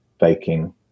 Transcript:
baking